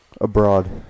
Abroad